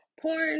porn